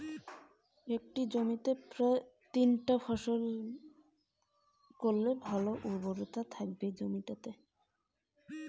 একটা জমিত বছরে কতলা ফসল চাষ করিলে জমিটা উর্বর থাকিবে?